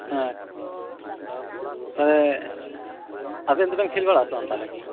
ᱦᱮᱸ ᱟᱪᱪᱷᱟ ᱪᱷᱟ ᱪᱷᱟ ᱴᱷᱤᱠ ᱴᱷᱤᱠ ᱛᱟᱦᱚᱞᱮ ᱟᱵᱮᱱ ᱫᱚᱵᱮᱱ ᱠᱷᱮᱞ ᱵᱟᱲᱟᱜ ᱟᱥᱮ ᱵᱟᱝ ᱛᱟᱦᱚᱞᱮ